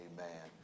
Amen